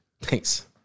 Thanks